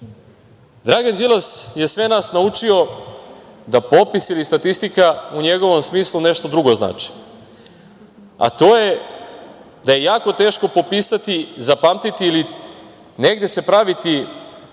Đilas je sve nas naučio da popis ili statistika u njegovom smislu nešto drugo znači, a to je da je jako teško popisati, zapamtiti ili negde se praviti